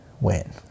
win